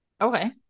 Okay